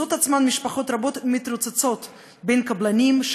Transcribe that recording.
אך משפחות רבות מוצאות עצמן מתרוצצות בין קבלנים,